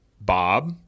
Bob